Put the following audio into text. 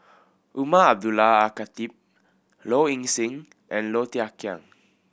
Umar Abdullah Al Khatib Low Ing Sing and Low Thia Khiang